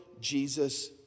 Jesus